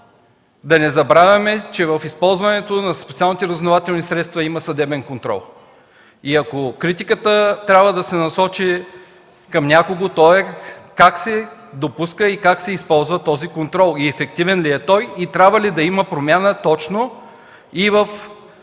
да не забравяме, че при използването на специалните разузнавателни средства има съдебен контрол и ако критиката трябва да се насочи към някого, то е как се допуска и как се използва този контрол, ефективен ли е той и трябва ли да има промяна точно в